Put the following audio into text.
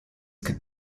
could